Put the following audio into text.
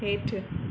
हेठि